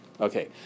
Okay